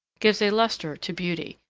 gives a lustre to beauty,